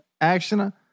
action